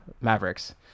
mavericks